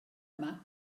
yma